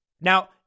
Now